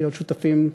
להיות שותפים,